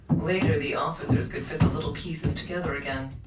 later the officers could fit the little pieces together again,